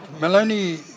Maloney